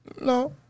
No